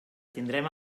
tindrem